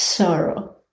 sorrow